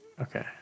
Okay